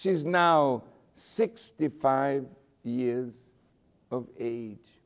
she is now sixty five years of age